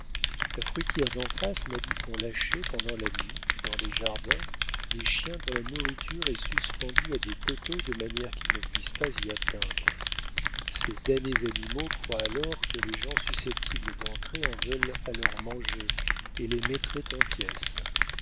la fruitière d'en face m'a dit qu'on lâchait pendant la nuit dans les jardins des chiens dont la nourriture est suspendue à des poteaux de manière qu'ils ne puissent pas y atteindre ces damnés animaux croient alors que les gens susceptibles d'entrer en veulent à leur manger et les mettraient en pièces